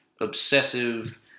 obsessive